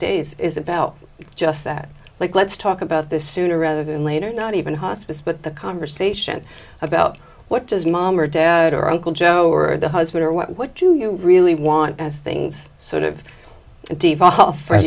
days is about just that let's talk about this sooner rather than later not even hospice but the conversation about what does mom or dad or uncle joe or the husband or what do you really want as things sort of de